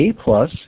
A-plus